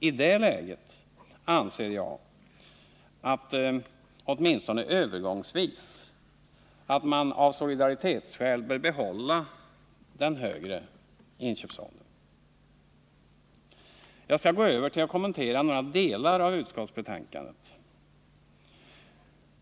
I det läget anser jag att man — åtminstone övergångsvis — av solidaritetsskäl bör behålla den högre inköpsåldern. Jag skall gå över till att kommentera några delar av utskottsbetänkandet.